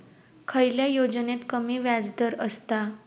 खयल्या योजनेत कमी व्याजदर असता?